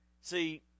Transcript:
See